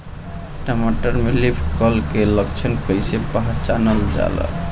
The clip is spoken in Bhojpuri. टमाटर में लीफ कल के लक्षण कइसे पहचानल जाला?